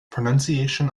pronunciation